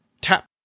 Tap